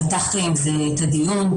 פתחתם עם זה את הדיון.